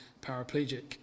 paraplegic